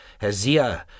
Hesia